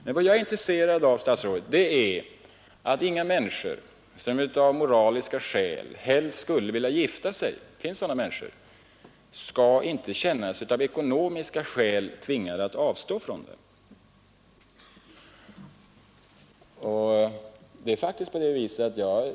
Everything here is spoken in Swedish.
Men vad jag är intresserad av är att inga människor som av moraliska skäl helst skulle vilja gifta sig det finns sådana människor — av ekonomiska skäl skall känna sig tvingade att avstå därifrån.